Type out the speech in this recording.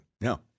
No